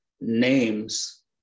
names